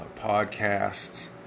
Podcasts